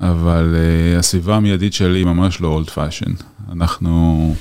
אבל הסביבה המיידית שלי ממש לא אולד פאשן, אנחנו...